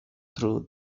through